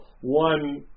one